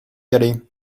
aller